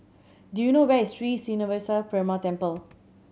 do you know where is Sri Srinivasa Perumal Temple